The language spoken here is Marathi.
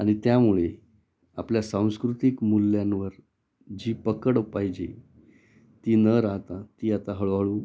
आणि त्यामुळे आपल्या सांस्कृतिक मूल्यांवर जी पकड पाहिजे ती न राहता ती आता हळूहळू